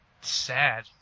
sad